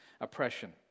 oppression